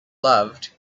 loved